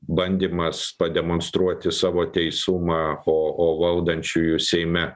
bandymas pademonstruoti savo teisumą o o valdančiųjų seime